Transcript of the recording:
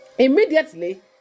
Immediately